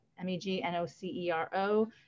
M-E-G-N-O-C-E-R-O